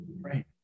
Right